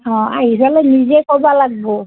অঁ আহি ফেলে নিজে কব লাগিব